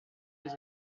des